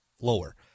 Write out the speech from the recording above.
lower